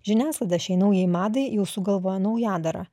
žiniasklaida šiai naujai madai jau sugalvojo naujadarą